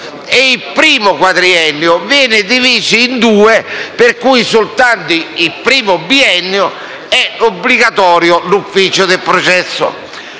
Il primo quadriennio viene diviso in due, per cui soltanto nel primo biennio è obbligatorio l'ufficio per il processo.